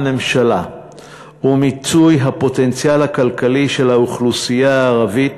הממשלה ומיצוי הפוטנציאל הכלכלי של האוכלוסייה הערבית